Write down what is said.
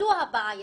זו הבעיה.